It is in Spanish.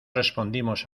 respondimos